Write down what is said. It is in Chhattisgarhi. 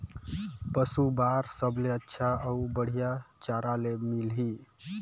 पशु बार सबले अच्छा अउ बढ़िया चारा ले मिलही?